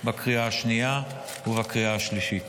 בקריאה השנייה ובקריאה השלישית.